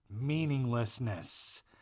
Meaninglessness